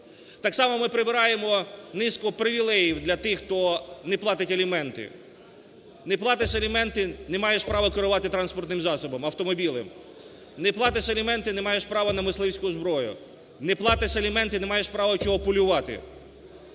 Так само, ми прибираємо низку привілеїв для тих, хто не платить аліменти. Не платиш аліменти – не маєш право керувати транспортним засобом, автомобілем, не платиш аліменти – не маєш право на мисливську зброю, не платиш аліменти – не маєш право чого полювати.